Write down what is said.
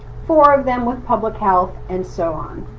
four of them with public health, and so on.